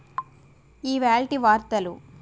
ఇవాళ వార్తలు